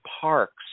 parks